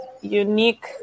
unique